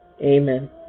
amen